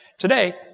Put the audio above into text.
Today